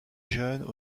jeunes